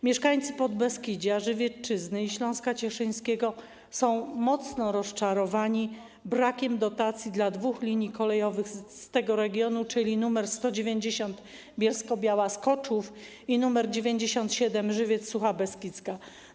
Mieszkańcy Podbeskidzia, Żywiecczyzny i Śląska Cieszyńskiego są mocno rozczarowani brakiem dotacji dla dwóch linii kolejowych z tego regiony, czyli nr 190 Bielsko-Biała - Skoczów i nr 97 Żywiec - Sucha Beskidzka.